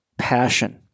passion